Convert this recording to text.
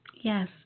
Yes